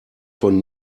von